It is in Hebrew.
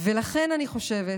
לכן אני חושבת